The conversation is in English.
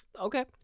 Okay